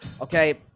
Okay